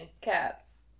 cats